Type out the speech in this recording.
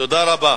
תודה רבה.